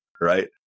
right